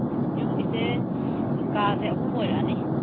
ꯌꯨꯝꯒꯤꯁꯦ ꯀꯥꯁꯦ ꯑꯍꯨꯝ ꯑꯣꯏꯔꯛꯑꯅꯤ